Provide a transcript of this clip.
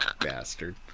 Bastard